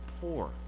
poor